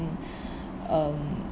um